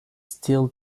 still